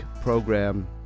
program